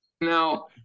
Now